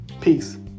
Peace